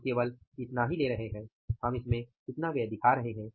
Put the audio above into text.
हम केवल इतना ही ले रहे हैं हम इसमें कितना व्यय दिखा रहे हैं